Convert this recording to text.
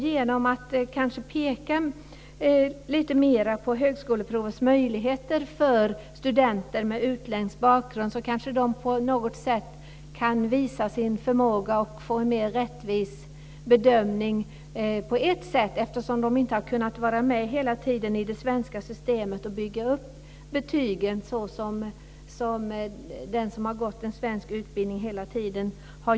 Genom att peka litet mer på högskoleprovets möjligheter för studenter med utländsk bakgrund kanske de på något sätt kan ges möjlighet att visa sin förmåga och få en mer rättvis bedömning. De har ju inte kunnat vara med i det svenska systemet och bygga upp betygen som den som har gått i den svenska utbildningen hela tiden.